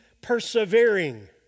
persevering